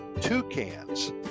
toucans